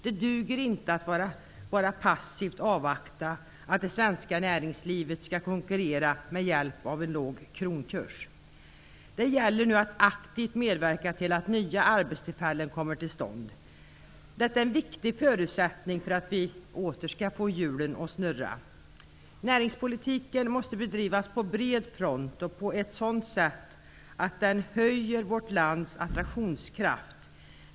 Det duger inte att passivt avvakta att det svenska näringslivet skall konkurrera med hjälp av en låg kronkurs. Det gäller nu att aktivt medverka till att nya arbetstillfällen kommer till stånd. Detta är en viktig förutsättning för att vi åter skall få hjulen att snurra. Näringspolitiken måste bedrivas på bred front och på ett sådant sätt att den ökar vårt lands attraktionskraft.